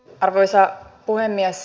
arvoisa puhemies